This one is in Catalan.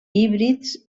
híbrids